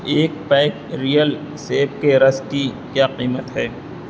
ایک pack real سیب کے رس کی کیا قیمت ہے